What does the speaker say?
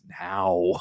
now